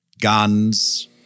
guns